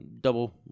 double